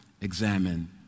examine